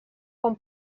com